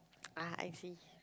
ah I see